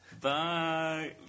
Bye